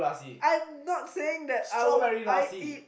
I'm not saying that I would I eat